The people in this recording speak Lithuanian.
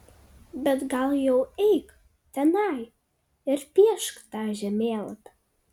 bet gal jau eik tenai ir piešk tą žemėlapį